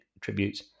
tributes